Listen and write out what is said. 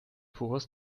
pures